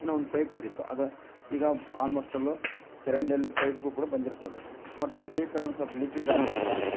ಏನೋ ಒಂದು ಪೈಪ್ ಒಡೀತು ಅದು ಈಗ ಆಲ್ಮೋಸ್ಟ್ ಆಲು ಚರಂಡಿಯಲ್ಲಿ ಪೈಪ್ಗಳ್ ಕೂಡ ಬಂದಿರ್ತಾವೆ ಬಟ್ ಆ ಪೈಪ್ ಏನೋ ಒನ್ಸೊಲ್ಪ ಲಿಕೇಜ್ ಆಯ್ತು ಅಂದ್ರೆ